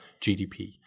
GDP